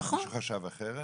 מישהו חשב אחרת?